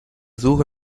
suche